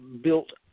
built